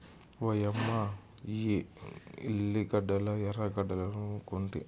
ఓయమ్మ ఇయ్యి లిల్లీ గడ్డలా ఎర్రగడ్డలనుకొంటి